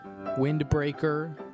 windbreaker